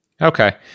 Okay